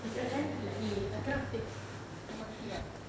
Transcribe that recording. if I end like late I cannot take M_R_T [what]